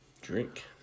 Drink